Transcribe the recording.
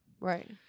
Right